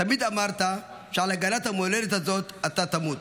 תמיד אמרת שעל הגנת המולדת הזאת אתה תמות.